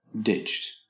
ditched